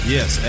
Yes